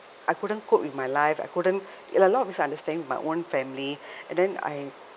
I couldn't cope with my life I couldn't and a lot of misunderstandings with my own family and then I